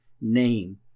name